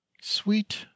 Sweet